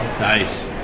nice